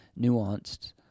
nuanced